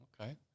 Okay